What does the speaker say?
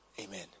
Amen